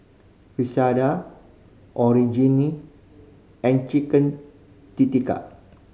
and Chicken